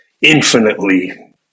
infinitely